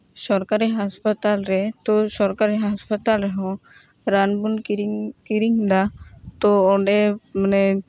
ᱥᱚᱨᱠᱟᱨᱤ ᱦᱟᱥᱯᱟᱛᱟᱞ ᱨᱮ ᱛᱚ ᱥᱚᱠᱟᱨᱤ ᱦᱟᱥᱯᱟᱛᱟᱞ ᱨᱮᱦᱚᱸ ᱨᱟᱱ ᱵᱚᱱ ᱠᱤᱨᱤᱧ ᱠᱤᱨᱤᱧᱮᱫᱟ ᱛᱚ ᱚᱸᱰᱮ ᱢᱟᱱᱮ